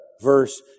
verse